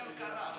לכלכלה.